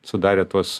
sudarė tuos